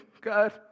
God